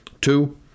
Two